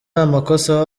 amakosa